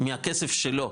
מהכסף שלו,